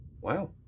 Wow